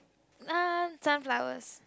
um sunflowers